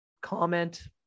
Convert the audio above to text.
Comment